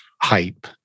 hype